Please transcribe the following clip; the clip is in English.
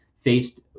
faced